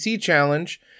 Challenge